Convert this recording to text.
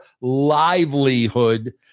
livelihood